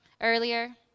earlier